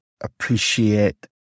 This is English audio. appreciate